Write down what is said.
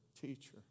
teacher